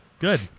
Good